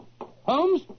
Holmes